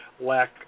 lack